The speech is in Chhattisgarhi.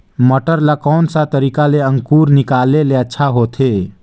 मटर ला कोन सा तरीका ले अंकुर निकाले ले अच्छा होथे?